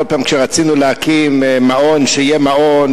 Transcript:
כל פעם כשרצינו להקים מעון שיהיה מעון,